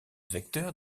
vecteur